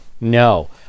no